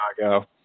Chicago